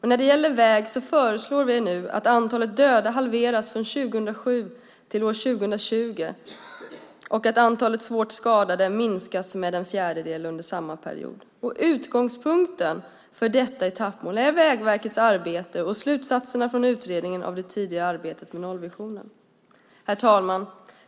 När det gäller väg föreslår vi nu målet att antalet döda halveras från 2007 till 2020 och att antalet svårt skadade minskas med en fjärdedel under samma period. Utgångspunkten för detta etappmål är Vägverkets arbete och slutsatserna från utredningen av det tidigare arbetet med nollvisionen. Herr talman!